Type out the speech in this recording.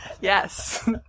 Yes